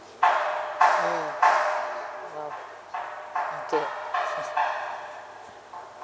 mm uh okay